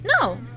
no